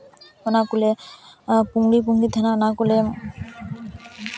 ᱚᱱᱟ ᱠᱚᱞᱮ ᱯᱩᱝᱲᱤ ᱯᱩᱝᱲᱤ ᱛᱟᱦᱮᱱᱟ ᱚᱱᱟ ᱠᱚᱞᱮ